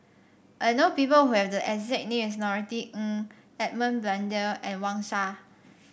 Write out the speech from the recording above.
I know people who have the exact name as Norothy Ng Edmund Blundell and Wang Sha